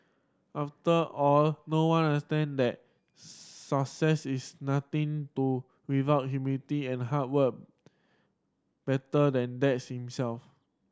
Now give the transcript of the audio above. after all no one understand that success is nothing to without humility and hard work better than Dad himself